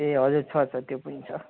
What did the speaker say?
ए हजुर छ छ त्यो पनि छ